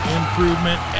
improvement